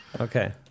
Okay